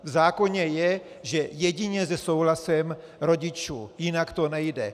V zákoně je, že jedině se souhlasem rodičů, jinak to nejde.